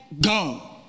go